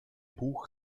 buch